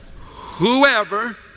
Whoever